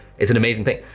its an amazing thing.